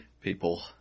people